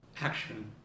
action